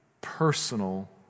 personal